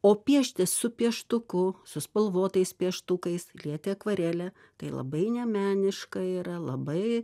o piešti su pieštuku su spalvotais pieštukais lieti akvarele tai labai nemeniška yra labai